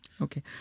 Okay